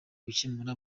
gukemura